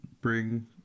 bring